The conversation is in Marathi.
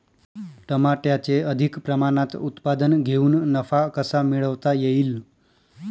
टमाट्याचे अधिक प्रमाणात उत्पादन घेऊन नफा कसा मिळवता येईल?